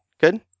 good